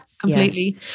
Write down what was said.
completely